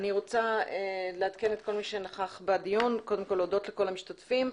אני רוצה להודות לכל המשתתפים.